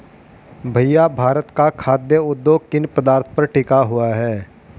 भैया भारत का खाघ उद्योग किन पदार्थ पर टिका हुआ है?